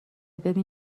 ببین